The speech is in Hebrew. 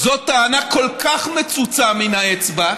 זו טענה כל כך מצוצה מן האצבע,